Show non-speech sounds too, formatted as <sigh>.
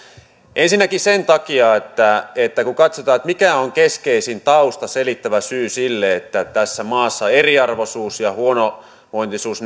ensinnäkin sen takia että että kun katsotaan mikä on keskeisin tausta selittävä syy sille että tässä maassa eriarvoisuus ja huonovointisuus <unintelligible>